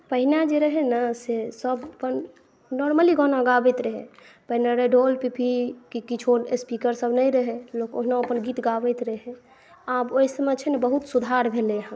पहिने जे रहै ने से सभ अपन नॉर्मली गाना गाबैत रहै पहिने रहै ढोल पिपही की किछु स्पीकरसभ नहि रहै लोक ओहिना अपन गीत गाबैत रहै आब ओहिसभमे जे छै ने बहुत सुधार भेलै हँ